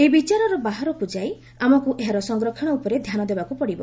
ଏହି ବିଚାରର ବାହାରକ୍ତ ଯାଇ ଆମକ୍ତ ଏହାର ସଂରକ୍ଷଣ ଉପରେ ଧ୍ୟାନ ଦେବାକ୍ତ ପଡ଼ିବ